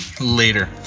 later